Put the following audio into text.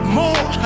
more